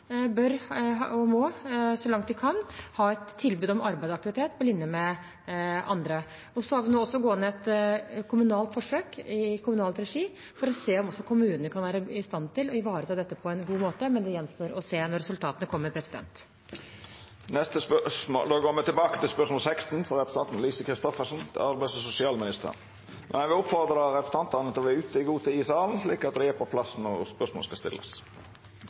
bør og må, så langt de kan, ha et tilbud om arbeid og aktivitet, på linje med andre. Vi har gående et forsøk i kommunal regi for å se om også kommunene kan være i stand til å ivareta dette på en god måte, men det gjenstår å se når resultatene kommer. Då går me tilbake til spørsmål 16, frå representanten Lise Christoffersen til arbeids- og sosialministeren. Presidenten vil oppfordra representantane til å vera ute i god tid, slik at ein er på plass i salen når spørsmålet skal